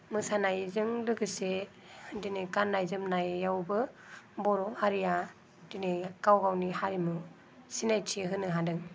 मोसानायजों लोगोसे बिदिनो गाननाय जोमनायावबो बर' हारिया दिनै गाव गावनि हारिमु सिनायथि होनो हादों